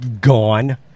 Gone